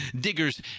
Diggers